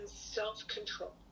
self-control